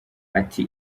ati